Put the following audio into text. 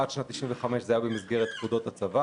עד שנת 1995 זה היה במסגרת פקודות הצבא